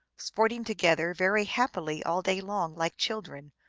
sporting together very hap pily all day long like children,